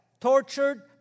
tortured